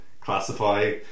classify